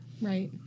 Right